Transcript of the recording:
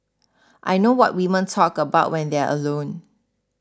I know what women talk about when they're alone